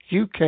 UK